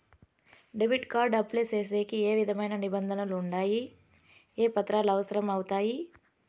Debit card apply సేసేకి ఏ విధమైన నిబంధనలు ఉండాయి? ఏ పత్రాలు అవసరం అవుతాయి?